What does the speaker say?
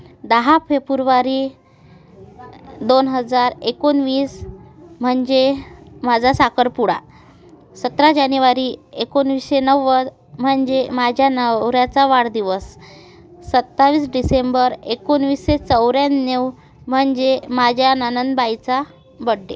दहा फेब्रुवारी दोन हजार एकोणवीसश म्हणजे माझा साखरपुडा सतरा जानेवारी एकोणवीसशे नव्वद म्हणजे माझ्या नवऱ्याचा वाढदिवस सत्तावीस डिसेंबर एकोणवीसशे चौऱ्याण्णव म्हणजे माझ्या नणंदबाईचा बड्डे